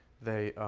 they